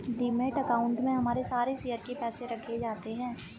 demat account में हमारे सारे शेयर के पैसे रखे जाते हैं